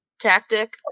tactic